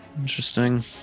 Interesting